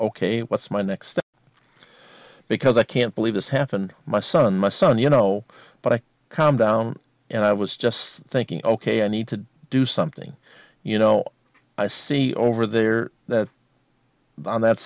ok what's my next because i can't believe this happened my son my son you know but i calmed down and i was just thinking ok i need to do something you know i see over there on that